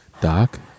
Doc